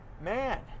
man